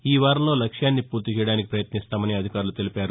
ఈవారంలో లక్ష్యాన్ని పూర్తిచేయడానికి ప్రయత్నిస్తామని అధికారులు తెలిపారు